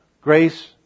grace